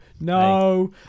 no